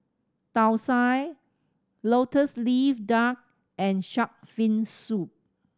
Thosai Lotus Leaf Duck and shark fin soup